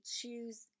choose